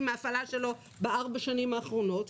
מן ההפעלה שלו בארבע השנים האחרונות.